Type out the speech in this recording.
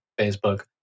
Facebook